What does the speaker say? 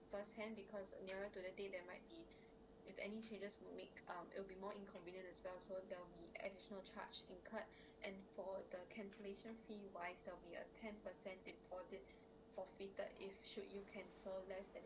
first hand because nearer to the thing that might need if any changes will make um it'll be more inconvenient as well so there'll be additional charge in card and for the cancellation fee wise there will be a ten per cent deposit forfeited if should you cancel less than